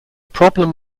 problem